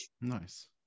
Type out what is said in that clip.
Nice